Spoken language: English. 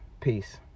Peace